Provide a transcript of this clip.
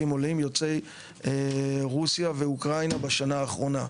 עולים יוצאי רוסיה ואוקראינה בשנה האחרונה,